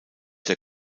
der